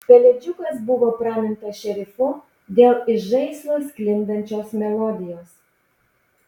pelėdžiukas buvo pramintas šerifu dėl iš žaislo sklindančios melodijos